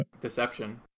deception